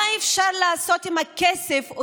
מה אפשר לעשות עם הכסף,